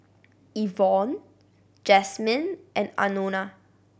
Evonne Jasmyn and Anona